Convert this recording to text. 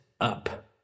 up